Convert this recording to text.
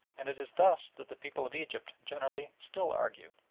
and it is thus that the people of egypt generally still argue.